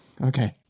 Okay